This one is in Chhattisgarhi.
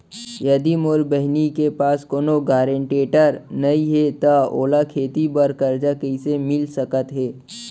यदि मोर बहिनी के पास कोनो गरेंटेटर नई हे त ओला खेती बर कर्जा कईसे मिल सकत हे?